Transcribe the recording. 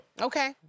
Okay